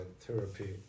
therapy